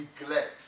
neglect